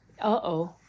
Uh-oh